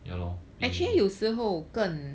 ya lor